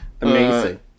Amazing